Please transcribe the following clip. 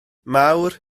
mawr